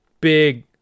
big